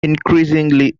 increasingly